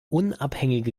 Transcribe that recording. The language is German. unabhängige